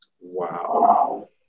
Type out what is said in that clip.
Wow